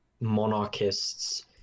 monarchists